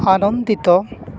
ଆନନ୍ଦିତ